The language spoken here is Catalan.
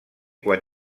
quan